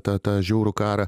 tą tą žiaurų karą